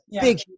big